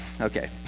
Okay